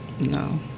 No